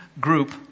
group